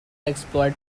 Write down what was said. exploit